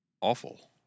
awful